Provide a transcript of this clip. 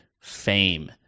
fame